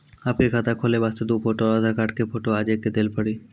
आपके खाते खोले वास्ते दु फोटो और आधार कार्ड के फोटो आजे के देल पड़ी?